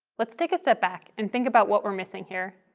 let's take a step back and think about what we're missing here.